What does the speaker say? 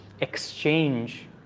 exchange